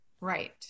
right